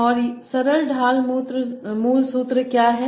और सरल ढाल मूल सूत्र क्या है